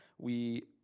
we,